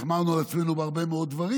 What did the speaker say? החמרנו עם עצמנו בהרבה מאוד דברים.